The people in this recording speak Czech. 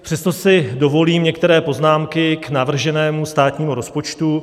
Přesto si dovolím některé poznámky k navrženému státnímu rozpočtu.